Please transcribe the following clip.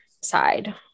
side